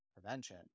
Prevention